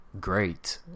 great